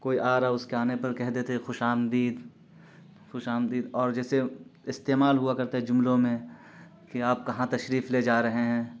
کوئی آ رہا ہے اس کے آنے پر کہہ دیتے ہیں خوش آمدید خوش آمدید اور جیسے استعمال ہوا کرتا ہے جملوں میں کہ آپ کہاں تشریف لے جارہے ہیں